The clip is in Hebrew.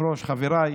שבעבר,